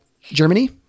Germany